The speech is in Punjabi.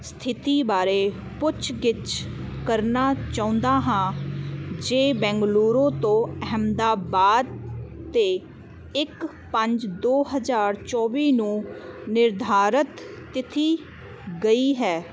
ਸਥਿਤੀ ਬਾਰੇ ਪੁੱਛ ਗਿੱਛ ਕਰਨਾ ਚਾਹੁੰਦਾ ਹਾਂ ਜੋ ਬੈਂਗਲੂਰੂ ਤੋਂ ਅਹਿਮਦਾਬਾਦ 'ਤੇ ਇੱਕ ਪੰਜ ਦੋ ਹਜ਼ਾਰ ਚੌਵੀ ਨੂੰ ਨਿਰਧਾਰਤ ਤਿਥੀ ਗਈ ਹੈ